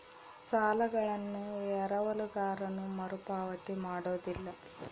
ಸಾಲಗಳನ್ನು ಎರವಲುಗಾರನು ಮರುಪಾವತಿ ಮಾಡೋದಿಲ್ಲ